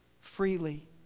freely